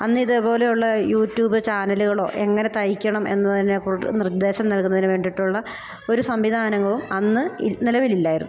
അന്നിതേപോലെയുള്ള YouTube ചാനലുകളോ എങ്ങനെ തയ്ക്കണം എന്നതിനെക്കൊണ്ട് നിർദ്ദേശം നൽകുന്നതിന് വേണ്ടിയിട്ടുള്ള ഒരു സംവിധാനങ്ങളും അന്ന് നിലവിലില്ലായിരുന്നു